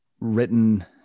written